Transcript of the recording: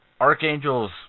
Archangel's